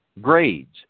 grades